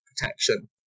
protection